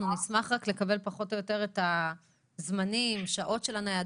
נשמח לקבל פחות או יותר את הזמנים והשעות שלהן,